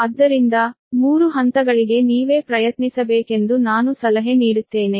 ಆದ್ದರಿಂದ 3 ಹಂತಗಳಿಗೆ ನೀವೇ ಪ್ರಯತ್ನಿಸಬೇಕೆಂದು ನಾನು ಸಲಹೆ ನೀಡುತ್ತೇನೆ